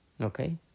Okay